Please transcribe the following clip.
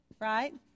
right